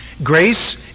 grace